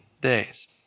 days